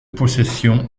possession